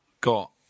got